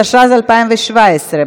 התשע"ז 2017,